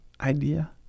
idea